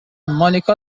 مانیکا